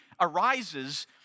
arises